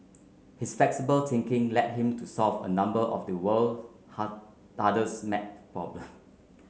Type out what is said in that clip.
his flexible thinking led him to solve a number of the world's hard hardest maths problems